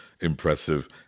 impressive